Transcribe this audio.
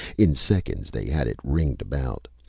in seconds they had it ringed about,